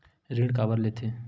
ऋण काबर लेथे?